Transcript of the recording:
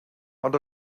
ond